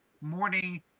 morning